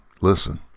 Listen